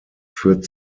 führt